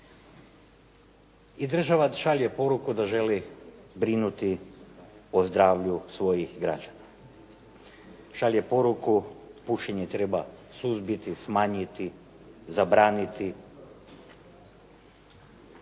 i država šalje poruku da želi brinuti o zdravlju svojih građana. Šalje poruku pušenje treba suzbiti, smanjiti, zabraniti.